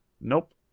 nope